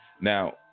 Now